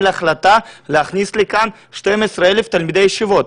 החלטה להכניס לכאן 12,000 תלמידי ישיבות.